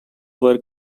were